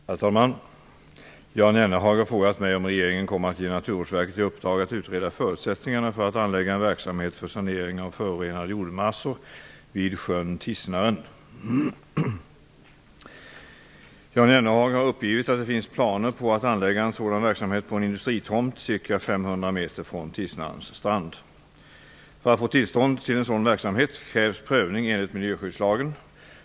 Herr talman! Jan Jennehag har frågat mig om regeringen kommer att ge Naturvårdsverket i uppdrag att utreda förutsättningarna för att anlägga en verksamhet för sanering av förorenade jordmassor vid sjön Tisnaren. Jan Jennehag har uppgivit att det finns planer på att anlägga en sådan verksamhet på en industritomt ca För att få tillstånd till en sådan verksamhet krävs prövning enligt miljöskyddslagen .